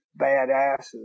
badasses